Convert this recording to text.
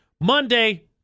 Monday